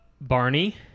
Barney